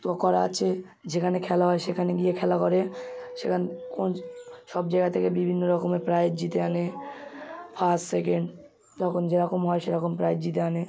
তো করা আছে যেখানে খেলা হয় সেখানে গিয়ে খেলা করে সেখান কোন সব জায়গা থেকে বিভিন্ন রকমের প্রাইজ জিতে আনে ফার্স্ট সেকেন্ড যখন যেরকম হয় তখন সেরকম প্রাইজ জিতে আনে